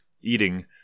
eating